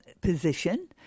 position